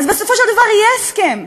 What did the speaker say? אז בסופו של דבר יהיה הסכם,